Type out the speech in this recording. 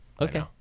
Okay